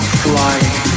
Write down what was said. flying